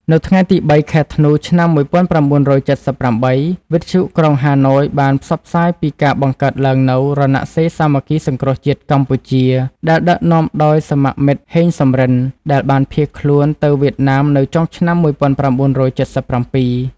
នៅថ្ងៃទី ៣ ខែធ្នូ ឆ្នាំ ១៩៧៨ វិទ្យុក្រុងហាណូយបានផ្សព្វផ្សាយពីការបង្កើតឡើងនូវ "រណសិរ្សសាមគ្គីសង្គ្រោះជាតិកម្ពុជា" ដែលដឹកនាំដោយសមមិត្ត ហេង សំរិន ដែលបានភៀសខ្លួនទៅវៀតណាមនៅចុងឆ្នាំ ១៩៧៧។